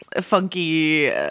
funky